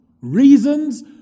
reasons